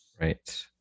right